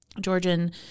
Georgian